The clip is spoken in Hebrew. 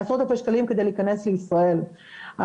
כדי להיכנס לישראל.